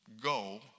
Go